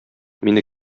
мине